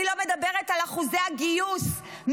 אני לא מדברת על אחוזי הגיוס,